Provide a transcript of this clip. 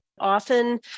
Often